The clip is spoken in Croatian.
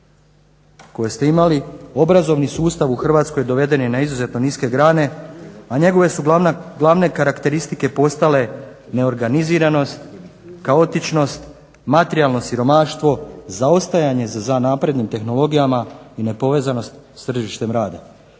koje ste imali, obrazovni sustav u Hrvatskoj doveden je na izuzetno niske grane, a njegove su glavne karakteristike postale neorganiziranost, kaotičnost, materijalno siromaštvo, zaostajanje za naprednim tehnologijama i nepovezanost s tržištem rada.